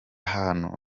hantu